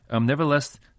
Nevertheless